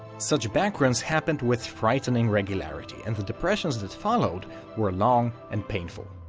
such bank runs happened with frightening regularity and the depressions that followed were long and painful.